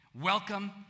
welcome